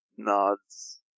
Nods